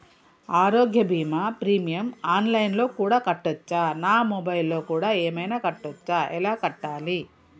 ఆరోగ్య బీమా premium online లో కూడా కట్టచ్చా? నా మొబైల్లో కూడా ఏమైనా కట్టొచ్చా? ఎలా కట్టాలి?